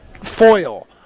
foil